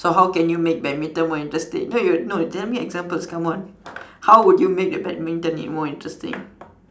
so how can you make badminton more interesting no you're no tell me examples come on how will you make badminton more interesting